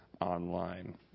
online